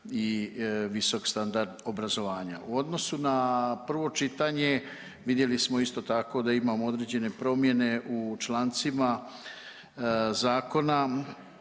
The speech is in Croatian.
i visok standard obrazovanja. U odnosu na prvo čitanje vidjeli smo isto tako da imamo određene promjene u člancima zakona,